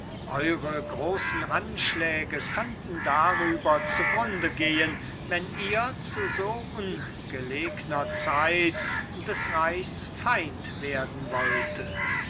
eure großen anschläge könnten darüber zugrunde gehn wenn ihr zu so ungelegner zeit des reichs feind werden wolltet